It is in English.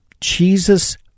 Jesus